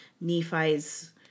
Nephi's